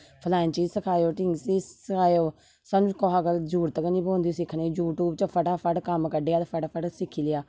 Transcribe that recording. फलानी चीज सिखाएओ टिंगी चीज सिखाएओ सानू कुसै कोला जरुरत गै नेई पौंदी सिक्खने दी यूट्यूब च फटा फट कम्म कढेआ ते फटाफट सिक्खी लेआ